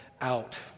out